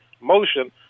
motion